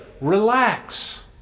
Relax